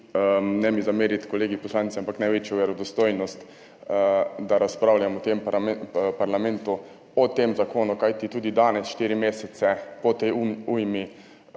ne mi zameriti kolegi poslanci, največjo verodostojnost, da razpravljam v parlamentu o tem zakonu, kajti tudi danes, štiri mesece po tej ujmi,